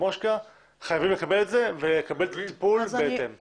חייבים לקבל את זה ולקבל טיפול בהתאם.